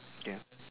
ya